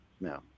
no